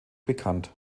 bekannt